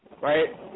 Right